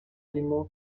arimo